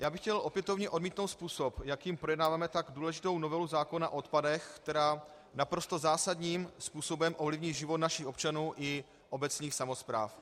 Já bych chtěl opětovně odmítnout způsob, jakým projednáváme tak důležitou novelu zákona o odpadech, která naprosto zásadním způsobem ovlivní život našich občanů i obecních samospráv.